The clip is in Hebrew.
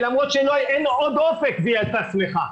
למרות שאין עוד אופק והיא הייתה שמחה.